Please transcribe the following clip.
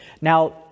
Now